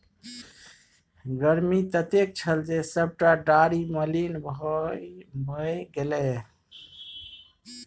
गर्मी ततेक छल जे सभटा डारि मलिन भए गेलै